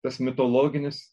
tas mitologinis